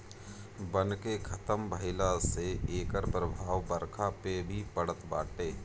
वन के खतम भइला से एकर प्रभाव बरखा पे भी पड़त बाटे